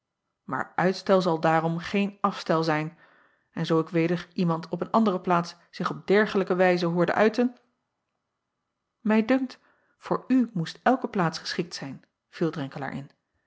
aar uitstel zal daarom geen afstel zijn en zoo ik weder iemand op een andere plaats zich op dergelijke wijze hoor uiten acob van ennep laasje evenster delen ij dunkt voor u moest elke plaats geschikt zijn viel